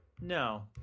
No